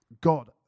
God